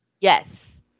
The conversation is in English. Yes